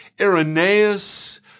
Irenaeus